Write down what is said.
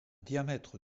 diamètre